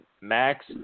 max